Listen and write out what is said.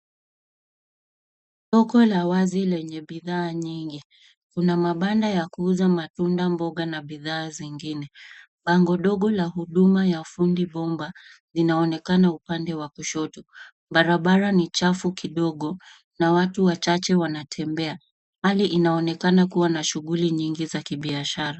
Soko la wazi lenye bidhaa nyingi. Kuna mapanda ya kuuza matunda mboga na bidhaa zingine. Bango ndogo la huduma ya fundi pomba linaonekana upande wa kushoto. Barabara ni chafu kidogo na watu wachache wanatembea. Hali hii unaonekana kuwa na shughuli nyingi za kibiashara.